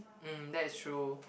um that is true